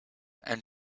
and